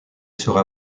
sera